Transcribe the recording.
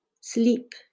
sleep